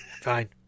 Fine